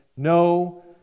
No